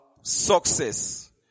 success